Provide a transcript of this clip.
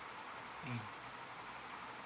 um